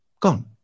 Gone